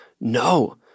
no